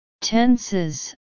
Tenses